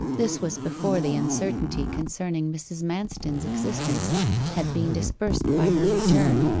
this was before the uncertainty concerning mrs. manston's existence had been dispersed by her return,